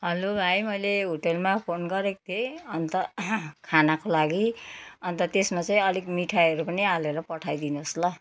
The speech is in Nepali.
हेलो भाइ मैले होटेलमा फोन गरेको थिएँ अन्त खानाको लागि अन्त त्यसमा चाहिँ अलिक मिठाईहरू पनि हालेर पठाइदिनु होस् ल